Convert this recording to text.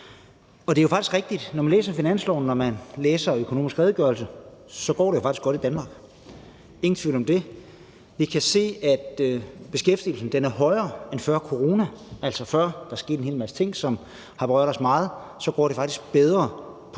Det er faktisk rigtigt, at når man læser finanslovsforslaget, og når man læser Økonomisk Redegørelse, går det faktisk godt i Danmark, ingen tvivl om det. Vi kan se, at beskæftigelsen er højere end før corona, altså før der skete en hel masse ting, som har berørt os meget, og det går faktisk bedre på